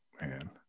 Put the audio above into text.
Man